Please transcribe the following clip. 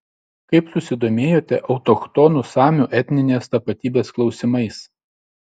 kaip susidomėjote autochtonų samių etninės tapatybės klausimais